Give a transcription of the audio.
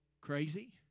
crazy